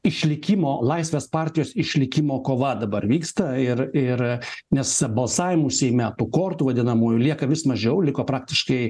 išlikimo laisvės partijos išlikimo kova dabar vyksta ir ir nes balsavimų seime tų kortų vadinamųjų lieka vis mažiau liko praktiškai